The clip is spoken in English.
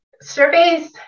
surveys